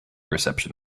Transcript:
reception